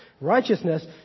righteousness